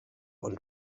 und